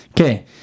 Okay